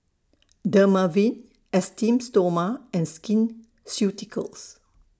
Dermaveen Esteem Stoma and Skin Ceuticals